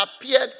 appeared